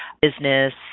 business